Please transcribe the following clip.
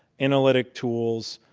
analytic tools,